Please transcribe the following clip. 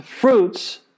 fruits